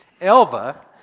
Elva